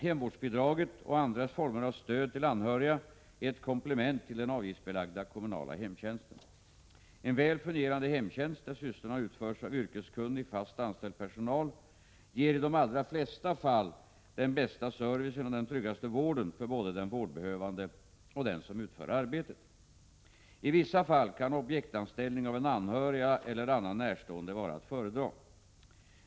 Hemvårdsbidraget och andra former av stöd till anhöriga är ett komplement till den avgiftsbelagda kommunala hemtjänsten. En väl fungerande hemtjänst där sysslorna utförs av yrkeskunnig fast anställd personal ger i de allra flesta fallen den bästa servicen och den tryggaste vården både för den vårdbehövande och för den som utför arbetet. I vissa fall kan objektanställning av en anhörig eller annan närstående vara att föredra.